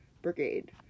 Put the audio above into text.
Brigade